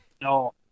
No